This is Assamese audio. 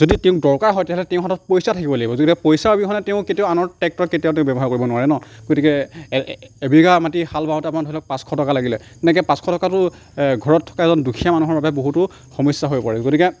যদি তেওঁক দৰকাৰ হয় তেতিয়াহ'লে তেওঁৰ হাতত পইচা থাকিব লাগিব যদিহে পইচা অবিহনে তেওঁ কেতিয়াও আনৰ ট্ৰেক্টৰ কেতিয়াও তেওঁ ব্যৱহাৰ কৰিব নোৱাৰে ন গতিকে এবিঘা মাটি হাল বাওঁতে আমাৰ ধৰি লওঁক পাঁচশ টকা লাগিলে এনেকে পাঁচশ টকাটো ঘৰত থকা এজন দুখীয়া মানুহৰ বাবে বহুতো সমস্যা হৈ পৰে গতিকে